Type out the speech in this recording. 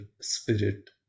spirit